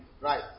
right